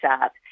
up